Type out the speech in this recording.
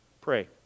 pray